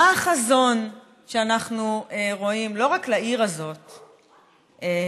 מה החזון שאנחנו רואים, לא רק לעיר הזאת ירושלים,